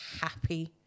happy